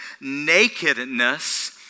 nakedness